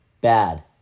Bad